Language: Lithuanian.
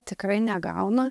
tikrai negauna